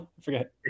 Forget